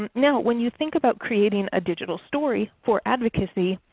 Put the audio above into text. and now when you think about creating a digital story for advocacy,